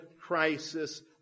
crisis